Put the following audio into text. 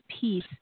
peace